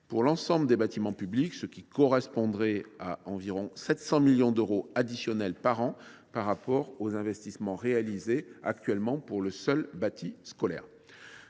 pour l’ensemble des bâtiments publics, ce qui correspond à 700 millions d’euros additionnels par an par rapport aux investissements réalisés actuellement pour le seul bâti scolaire.